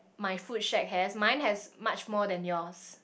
my food shack has mine has much more than yours